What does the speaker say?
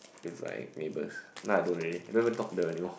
with my neighbours now I don't really I never talk to them anymore